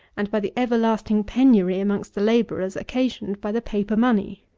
and by the everlasting penury amongst the labourers, occasioned by the paper-money.